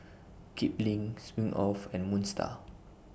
Kipling Smirnoff and Moon STAR